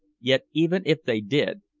yet even if they did,